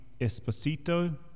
Esposito